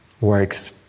works